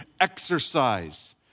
exercise